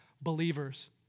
believers